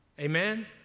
Amen